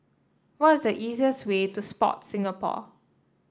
what is the easiest way to Sport Singapore